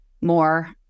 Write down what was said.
more